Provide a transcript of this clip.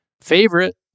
favorite